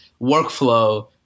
workflow